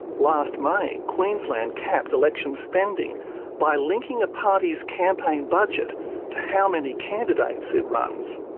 last may, queensland capped election spending by linking a party's campaign budget to how many candidates it runs.